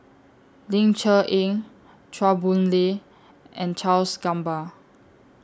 Ling Cher Eng Chua Boon Lay and Charles Gamba